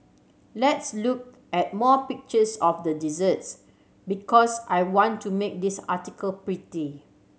let's look at more pictures of the desserts because I want to make this article pretty